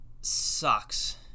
sucks